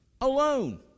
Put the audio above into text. alone